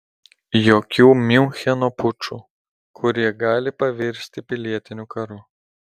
jokių miuncheno pučų kurie gali pavirsti pilietiniu karu